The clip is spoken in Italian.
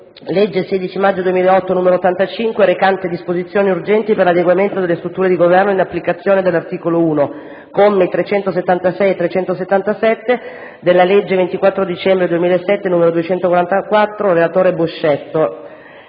16 maggio 2008, n. 85, recante disposizioni urgenti per l'adeguamento delle strutture di Governo in applicazione dell'articolo 1, commi 376 e 377, della legge 24 dicembre 2007, n. 244*** *(Relazione orale)*